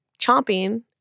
chomping